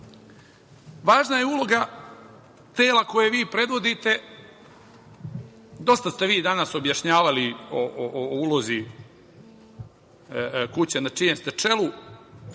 važna je uloga tela koje vi predvodite. Dosta ste vi danas objašnjavali o ulozi kuće na čijem ste čelu,